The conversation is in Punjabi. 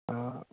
ਹਾਂ